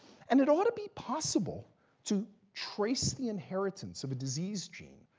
and it ought to be possible to trace the inheritance of a disease gene,